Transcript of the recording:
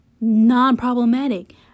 non-problematic